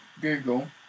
Google